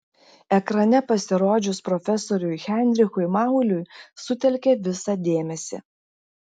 ekrane pasirodžius profesoriui heinrichui mauliui sutelkė visą dėmesį